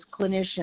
clinicians